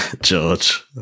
George